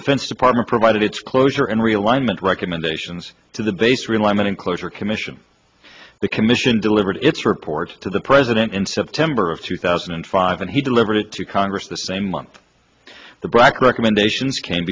defense department provided its closure and realignment recommendations to the base realignment and closure commission the commission delivered its report to the president in september of two thousand and five and he delivered it to congress the same month the brac recommendations came